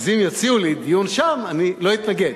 אז אם יציעו לי דיון שם אני לא אתנגד.